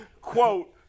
quote